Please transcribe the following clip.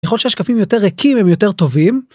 נכון שהשקפים היותר ריקים הם יותר טובים.